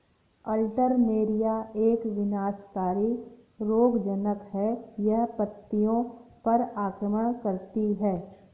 Alternaria एक विनाशकारी रोगज़नक़ है, यह पत्तियों पर आक्रमण करती है